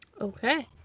Okay